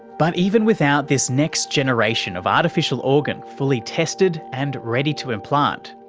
but even without this next generation of artificial organ fully tested and ready to implant,